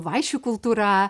vaišių kultūra